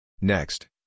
Next